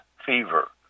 fever